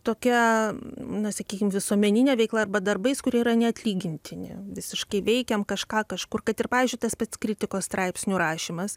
tokia nu sakykim visuomenine veikla arba darbais kurie yra neatlygintini visiškai veikiam kažką kažkur kad ir pavyzdžiui tas pats kritikos straipsnių rašymas